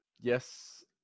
yes